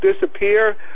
disappear